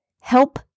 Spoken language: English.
Help